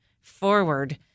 forward